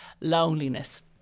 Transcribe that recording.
loneliness